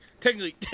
Technically